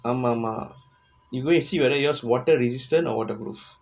ஆமா ஆமா:aamaa aamaa you go and see whether yours water resistant or what waterproof